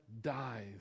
dies